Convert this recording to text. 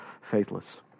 faithless